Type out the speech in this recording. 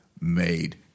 made